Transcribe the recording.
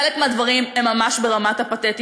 חלק מהדברים הם ממש פתטיים,